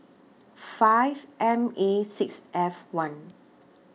five M A six F one